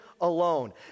alone